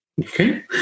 Okay